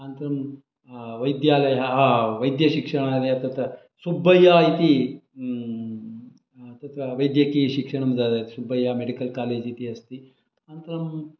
आनन्तरं वैद्यालयः वैद्यशिक्षालय तत्र सुब्बय्या इति तत्र वैद्यकीयशिक्षणं सुब्बय्या मेडिकल् कालेज् इति अस्ति अनन्तरं